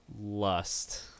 lust